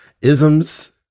isms